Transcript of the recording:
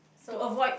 so